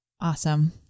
Awesome